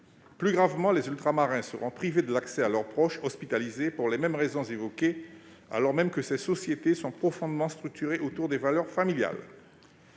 Plus grave, les Ultramarins seront privés de l'accès à leurs proches hospitalisés pour les mêmes raisons, alors même que ces sociétés sont profondément structurées autour des valeurs familiales.